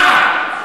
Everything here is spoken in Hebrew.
נער,